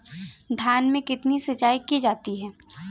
धान में कितनी सिंचाई की जाती है?